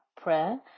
prayer